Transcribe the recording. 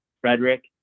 Frederick